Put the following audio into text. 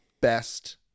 best